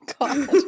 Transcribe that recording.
God